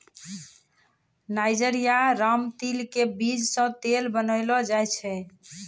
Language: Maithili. नाइजर या रामतिल के बीज सॅ तेल बनैलो जाय छै